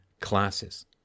classes